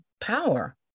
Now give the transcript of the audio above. power